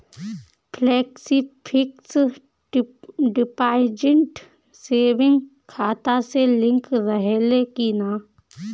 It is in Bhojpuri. फेलेक्सी फिक्स डिपाँजिट सेविंग खाता से लिंक रहले कि ना?